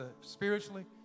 spiritually